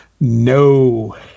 No